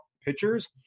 pitchers